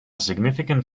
significant